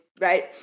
right